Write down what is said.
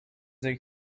they